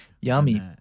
Yummy